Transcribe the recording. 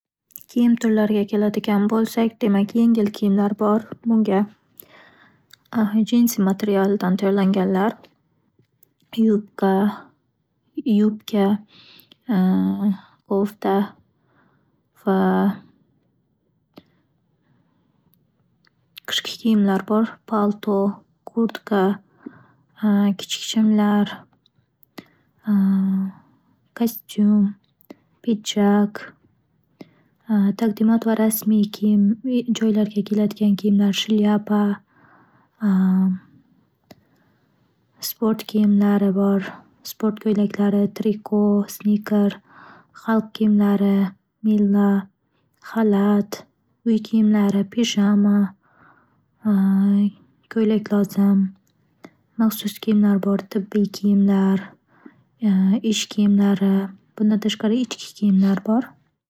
Kiyim turlariga keladigan bo'lsak, demak yengil kiyimlar bor. Bunga jensiy materialdan tayyorlanganlar, yubqa-yubka, kofta va qishki kiyimlar bor: palto, kurtka, kichik shimlar, kostyum, pidjak. Taqdimot va rasmiy kiyim-joylarga kiyiladigan kiyimlar: shlyapa. Sport kiyimlari bor-sport ko'ylaklari: triko, sniker. Xalq kiyimlari: millo, xalat. Uy kiyimlari: pijama ko'ylak- lozim. Maxsus kiyimlar bor. Tibbiy kiyimlar ish kiyimlar. Bundan tashqari, ichki kiyimlar bor.